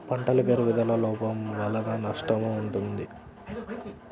పంటల పెరుగుదల లోపం వలన నష్టము ఉంటుందా?